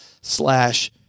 slash